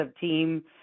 team